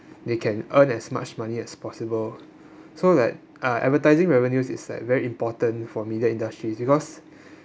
they can earn as much money as possible so like uh advertising revenues is like very important for media industries because